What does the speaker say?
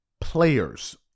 players